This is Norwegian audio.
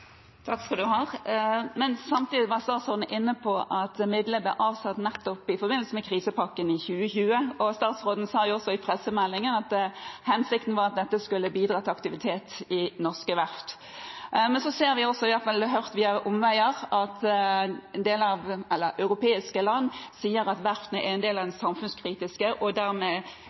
har gjort her. Men samtidig var statsråden inne på at midler var avsatt nettopp i forbindelse med krisepakken i 2020. Statsråden sa også i pressemeldingen at hensikten var at dette skulle bidra til aktivitet i norske verft. Men så ser vi også – jeg har i hvert fall hørt det via omveier – at europeiske land sier at verftene er en del av det samfunnskritiske, og dermed